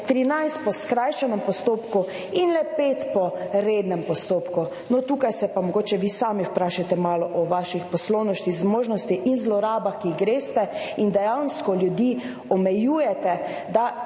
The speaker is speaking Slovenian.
13 po skrajšanem postopku in le 5 po rednem postopku. No, tukaj se pa mogoče vi sami vprašajte malo o vaših poslovnosti, zmožnosti in zlorabah, ki jih greste in dejansko ljudi omejujete, da